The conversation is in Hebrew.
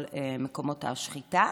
מקומות השחיטה